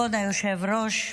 כבוד היושב-ראש,